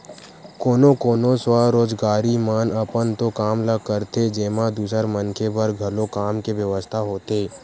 कोनो कोनो स्वरोजगारी मन अपन तो काम ल करथे जेमा दूसर मनखे बर घलो काम के बेवस्था होथे